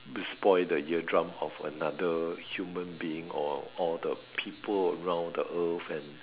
be spoil the eardrum of another human being or all the people around the earth and